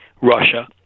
Russia